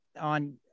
on